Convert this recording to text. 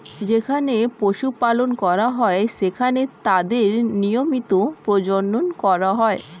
যেখানে পশু পালন করা হয়, সেখানে তাদের নিয়মিত প্রজনন করা হয়